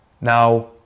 Now